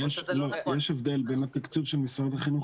יש הבדל בין התקצוב של משרד החינוך.